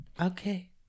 Okay